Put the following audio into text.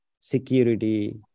security